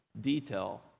detail